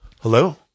Hello